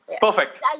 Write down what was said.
Perfect